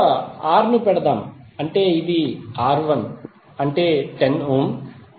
విలువ ® ను పెడదాం ఇది R1 అంటే 10 ఓం